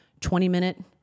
20-minute